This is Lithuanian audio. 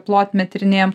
plotmę tyrinėjam